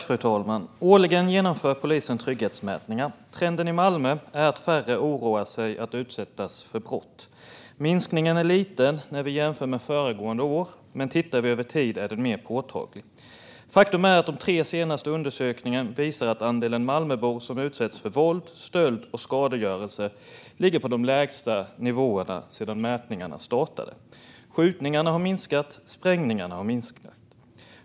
Fru talman! Årligen genomför polisen trygghetsmätningar. Trenden i Malmö är att färre oroar sig över att utsättas för brott. Minskningen är liten när vi jämför med föregående år, men tittar vi över tid är den mer påtaglig. Faktum är att de tre senaste undersökningarna visar att andelen Malmöbor som utsätts för våld, stöld och skadegörelse ligger på de lägsta nivåerna sedan mätningarna startade. Skjutningarna har minskat, liksom sprängningarna.